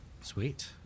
Sweet